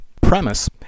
premise